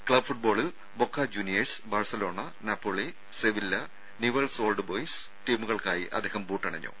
ക്സബ്ബ് ഫുട്ബോളിൽ Boca Juniors Barcelona Napoli Sevilla Newell's Old Boys ടീമുകൾക്കായി അദ്ദേഹം ബൂട്ടണിഞ്ഞു